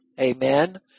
Amen